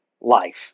life